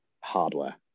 hardware